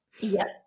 Yes